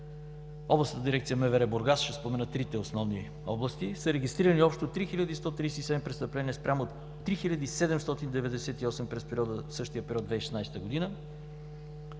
Областната дирекция МВР – Бургас, ще спомена трите основни области, са регистрирани общо 3137 престъпления, спрямо 3798 през същия период на 2016 г.,